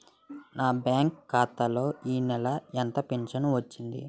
నా బ్యాంక్ ఖాతా లో ఈ నెల ఎంత ఫించను వచ్చింది?